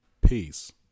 Peace